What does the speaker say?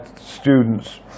students